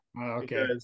Okay